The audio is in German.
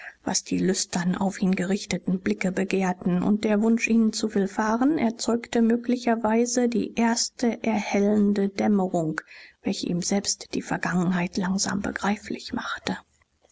was die lüstern auf ihn gerichteten blicke begehrten und der wunsch ihnen zu willfahren erzeugte möglicherweise die erste erhellende dämmerung welche ihm selbst die vergangenheit langsam begreiflich machte